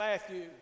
Matthew